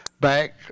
back